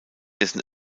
dessen